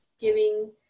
giving